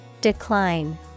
Decline